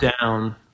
down